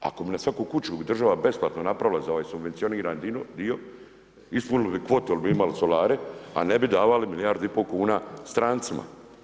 Ako bi na svaku kuću država besplatno napravila za ovaj subvencionirani dio, ispunili bi kvotu jer bi imali solare, a ne bi davali milijardu i pol kuna strancima.